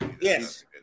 Yes